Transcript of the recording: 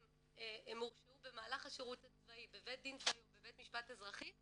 אם הם הורשעו במהלך השירות הצבאי בבית דין צבאי או בבית משפט אזרחי,